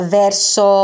verso